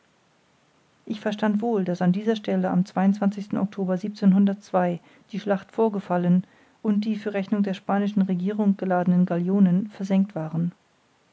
ich verstand wohl daß an dieser stelle am oktober die schlacht vorgefallen und die für rechnung der spanischen regierung geladenen galionen versenkt waren